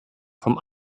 vom